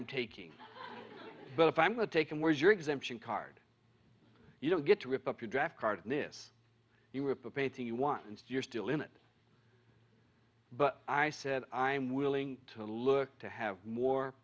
i'm taking but if i'm going to take and where is your exemption card you don't get to rip up your draft card this year with the pacing you want and you're still in it but i said i'm willing to look to have more